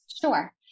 Sure